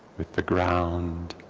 with the ground,